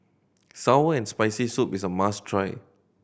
sour and Spicy Soup is a must try